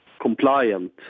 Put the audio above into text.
compliant